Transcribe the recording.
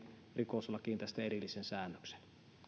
rikoslakiin tästä erillisen säännöksen